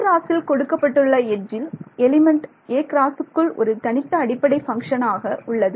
a இல் கொடுக்கப்பட்டுள்ள எட்ஜில் எலிமெண்ட் aக்குள் ஒரு தனித்த அடிப்படை பங்க்ஷன் உள்ளது